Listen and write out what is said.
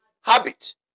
habit